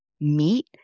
meet